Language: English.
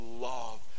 love